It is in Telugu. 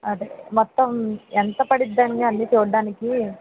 అదే మొత్తం ఎంత పడుతుందండి అన్ని చూడటానికి